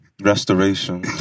restoration